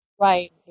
Right